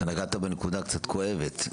נגעת בנקודה קצת כואבת,